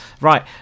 right